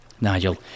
Nigel